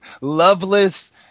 loveless